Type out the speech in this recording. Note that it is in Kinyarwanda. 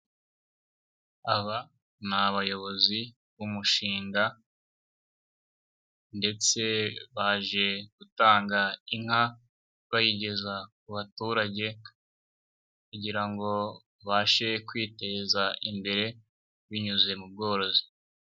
Aba n'abayobozi b'umushinga ndetse baje gutanga inka bayigeza ku baturage, kugira ngo babashe kwiteza imbere binyuze mu bworozi.